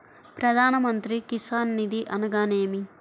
ప్రధాన మంత్రి కిసాన్ నిధి అనగా నేమి?